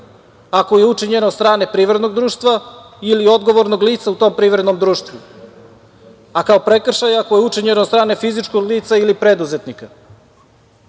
ako je učinjena od strane privrednog društva ili odgovornog lica u tom privrednom društvu, a kao prekršaj ako je učinjena od strane fizičkog lica ili preduzetnika. Da